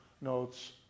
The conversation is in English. notes